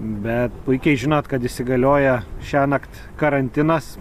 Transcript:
bet puikiai žinot kad įsigalioja šiąnakt karantinas